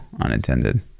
unintended